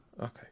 okay